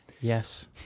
Yes